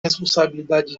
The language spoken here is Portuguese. responsabilidade